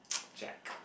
Jack